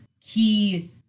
key